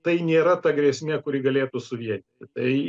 tai nėra ta grėsmė kuri galėtų suvienyti tai